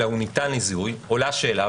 אלא שהוא ניתן לזיהוי עולה השאלה,